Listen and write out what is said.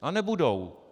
A nebudou.